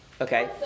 Okay